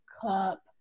cup